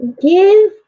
Give